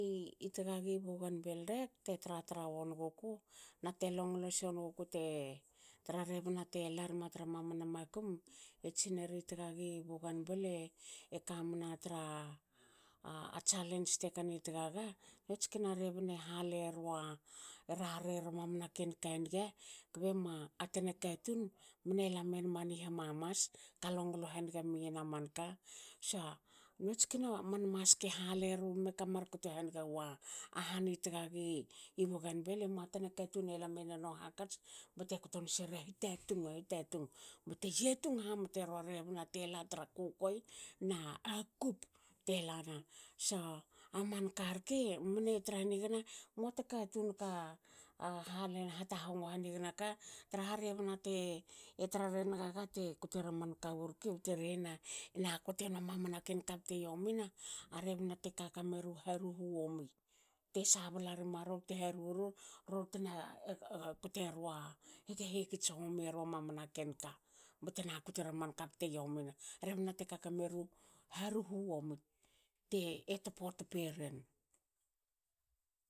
I tagagi bougainville rek te tratra wonguku nate longlo si won guku te tra rebna te larme tra mamana makum. etsineri tagagi bougainville kamna tra a challenge te kami tagaga. notskin rebne halerua e rarre na mamana ken ka niga kbe moa. a tana katun mne lamenma ni hamna ko longlo haniga nuyin a manka so nots kina man maske haleru mekamar kto haniga wa a han i tgagi bougainville. emua tana katun elamen me no hakats bte ktonse ra hitatung a hitatung bte yatung hamte rua rebna tela tra kukuei na a na a kop te lana. so a manka rke mne tra hanigna muata katun ka ha hata hongo hanigma ka traha rebna te e tra rengaga te kotera man kawu rke bte rehena ena kotenua mamana ken ka bte yomina a rebna te kakameru haruhu yomi. te sabala rma rorte haruhu ru rorte na pte rua te hegits homi era mamana ken ka btena kote ra manka bte yomina. rebna te kaka meru haruhu yomi te tpo tperen.